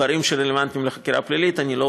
דברים שרלוונטיים לחקירה פלילית אני לא